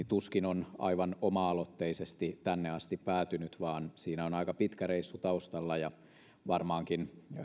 tuskin on aivan oma aloitteisesti tänne asti päätynyt vaan siinä on aika pitkä reissu taustalla ja varmaankin